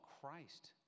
Christ